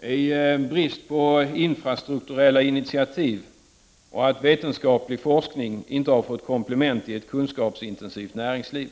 det råder brist på infrastrukturella initiativ och att vetenskaplig forskning inte har fått komplement i ett kunskapsintensivt näringsliv.